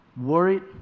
worried